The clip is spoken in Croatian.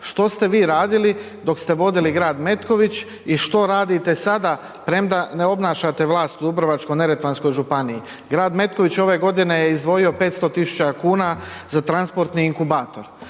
što ste vi radili dok ste vodili grad Metković i što radite sada premda ne obnašate vlast u Dubrovačko-neretvanskoj županiji. Grad Metković ove godine je izdvojio 500.000,00 kn za transportni inkubator.